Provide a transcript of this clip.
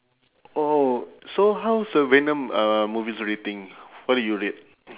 oh so how's the venom uh movies rating what did you rate